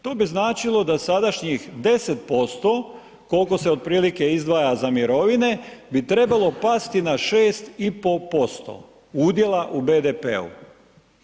To bi znači da sadašnjih 10% koliko se otprilike izdvaja za mirovine bi trebalo pasti na 6,5% udjela u BDP-u.